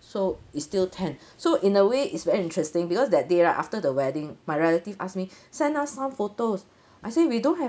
so it's still ten so in a way is very interesting because that day right after the wedding my relative ask me send us some photos I say we don't have